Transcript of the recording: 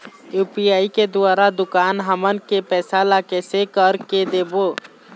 UPI के द्वारा दुकान हमन के पैसा ला कैसे कर के देबो?